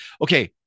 okay